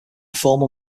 formal